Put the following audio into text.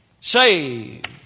Saved